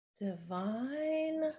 Divine